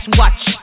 watch